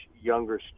younger